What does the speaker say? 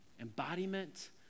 embodiment